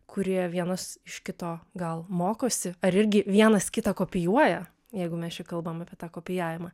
kurie vienas iš kito gal mokosi ar irgi vienas kitą kopijuoja jeigu mes čia kalbam apie tą kopijavimą